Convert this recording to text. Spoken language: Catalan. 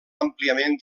àmpliament